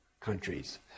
countries